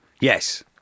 Yes